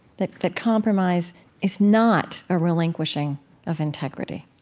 that that compromise is not a relinquishing of integrity.